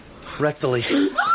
Rectally